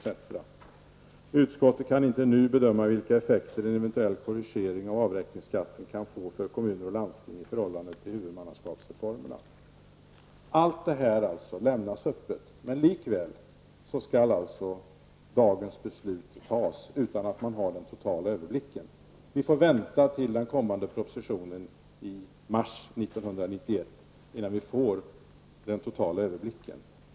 Man säger t.ex. att utskottet inte nu kan bedöma vilka effekter en eventuell korrigering av avräkningsskatten kan få för kommuner och landsting i förhållande till huvudmannaskapsreformerna. Allt det här lämnas alltså öppet. Men likväl skall beslut fattas i dag -- utan att man har den totala överblicken. Vi får vänta tills propositionen kommer i mars 1991 för att få den totala överblicken.